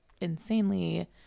insanely